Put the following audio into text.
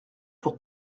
pour